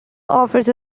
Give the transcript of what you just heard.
offers